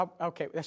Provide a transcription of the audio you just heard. Okay